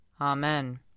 Amen